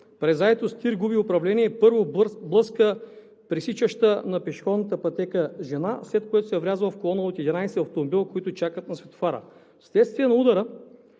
през Айтос ТИР губи управление и, първо, блъска пресичаща на пешеходна пътека жена, след което се врязва в колона от 11 автомобила, които чакат на светофара. В следствие на удара